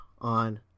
on